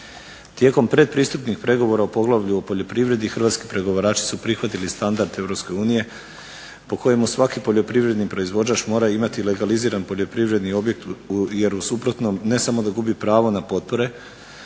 Tijekom pretpristupnih pregovora u poglavlju o poljoprivredi hrvatski pregovarači su prihvatili standard EU po kojemu svaki poljoprivredni proizvođač mora imati legaliziran poljoprivredni objekt jer u suprotnom ne samo da gubi pravo na potpore